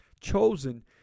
chosen